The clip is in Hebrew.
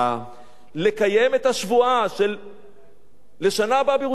צריך לקיים את השבועה של "לשנה הבאה בירושלים הבנויה",